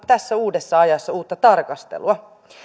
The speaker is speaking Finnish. tässä uudessa ajassa uutta tarkastelua